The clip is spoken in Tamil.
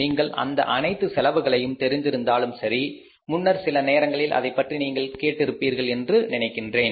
நீங்கள் அந்த அனைத்து செலவுகளையும் தெரிந்திருந்தாலும் சரி முன்னர் சில நேரங்களில் அதைப் பற்றி நீங்கள் கேட்டிருப்பீர்கள் என்று நினைக்கின்றேன்